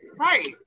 Right